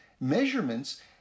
measurements